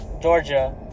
Georgia